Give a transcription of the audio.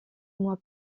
mois